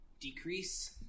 Decrease